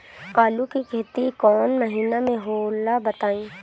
आलू के खेती कौन महीना में होला बताई?